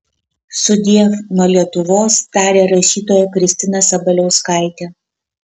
sudiev nuo lietuvos tarė rašytoja kristina sabaliauskaitė